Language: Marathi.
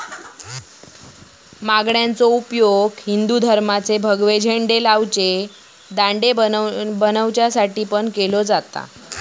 माणग्याचो उपयोग हिंदू धर्माचे भगवे झेंडे लावचे दांडे बनवच्यासाठी पण केलो जाता